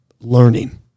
learning